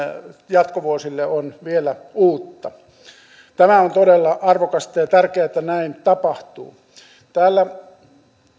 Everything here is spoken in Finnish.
jatkovuosille on vielä uutta tämä on todella arvokasta ja tärkeää että näin tapahtuu täällä